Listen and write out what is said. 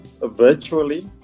virtually